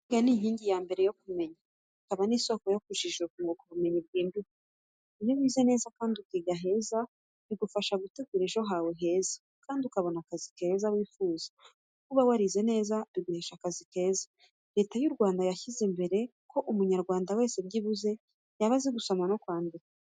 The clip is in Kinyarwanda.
Kwiga ni inkingi ya mbere yo kumenya, ikaba n'isoko yo kujijuka ukunguka ubumenyi bwimbitse. Iyo wize neza kandi ukiga heza bigufasha gutegura ejo hawe heza kandi ukabona akazi keza wifuza kuko uba warize neza biguhesha n'akazi keza. Leta y'u Rwanda yashyize imbere ko Umunyarwanda wese byibuze yaba azi gusoma no kwandika.